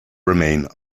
remain